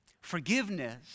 Forgiveness